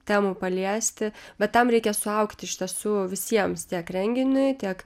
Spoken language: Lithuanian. temų paliesti bet tam reikia suaugti iš tiesų visiems tiek renginiui tiek